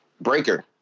Breaker